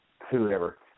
whoever